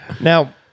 Now